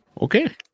Okay